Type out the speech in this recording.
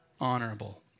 honorable